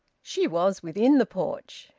she was within the porch.